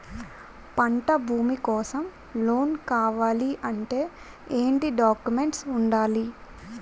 పంట భూమి కోసం లోన్ కావాలి అంటే ఏంటి డాక్యుమెంట్స్ ఉండాలి?